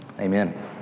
Amen